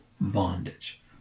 bondage